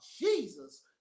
jesus